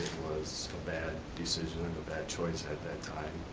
was a bad decision and a bad choice at that time.